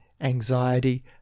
anxiety